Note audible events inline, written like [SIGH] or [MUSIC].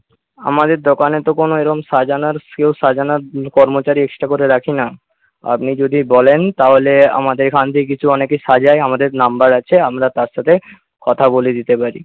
আমাদের দোকানে তো কোনো এরকম সাজানোর [UNINTELLIGIBLE] সাজানোর কর্মচারী এক্সট্রা করে রাখি না আপনি যদি বলেন তাহলে আমাদের এখান থেকে কিছু অনেকে সাজায় আমাদের নাম্বার আছে আমরা তার সাথে কথা বলিয়ে দিতে পারি